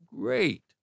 great